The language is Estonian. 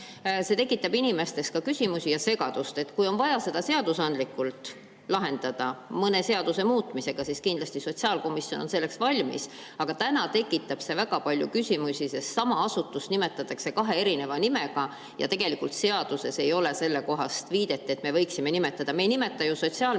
tekitab inimestes küsimusi ja segadust. Kui on vaja seda lahendada mõne seaduse muutmisega, siis kindlasti on sotsiaalkomisjon selleks valmis, aga praegu tekitab see väga palju küsimusi, sest sama asutust nimetatakse kahe erineva nimega ja tegelikult seaduses ei ole sellekohast viidet, et me võiksime seda nii nimetada. Me ei nimeta ju